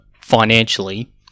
financially